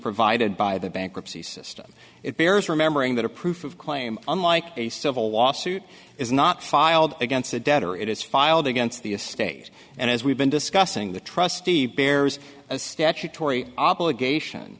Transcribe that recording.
provided by the bankruptcy system it bears remembering that a proof of claim unlike a civil lawsuit is not filed against the debtor it is filed against the a state and as we've been discussing the trustee bears a statutory obligation